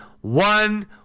one